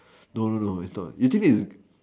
no no it's not you this is